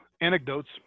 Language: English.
anecdotes